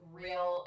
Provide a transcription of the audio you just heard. real